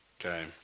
Okay